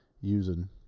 using